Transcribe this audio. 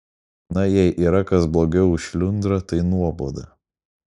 na jei yra kas blogiau už šliundrą tai nuoboda